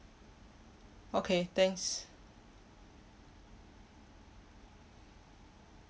okay thanks